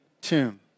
tomb